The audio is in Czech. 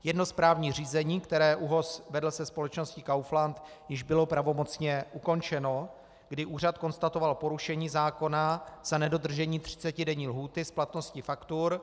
Jedno správní řízení, které ÚOHS vedl se společností Kaufland, již bylo pravomocně ukončeno, kdy úřad konstatoval porušení zákona za nedodržení 30denní lhůty splatnosti faktur.